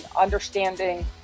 understanding